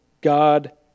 God